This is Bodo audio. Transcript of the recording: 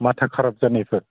माथा खाराब जानायफोर